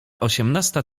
osiemnasta